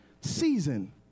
season